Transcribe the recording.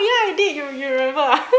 ya I did you you remember ah